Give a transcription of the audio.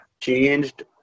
changed